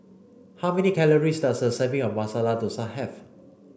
how many calories does a serving of Masala Dosa have